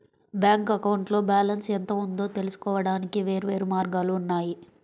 bank అకౌంట్లో balance ఎంత ఉందో తెలుసుకోవడానికి వేర్వేరు మార్గాలు ఉన్నాయి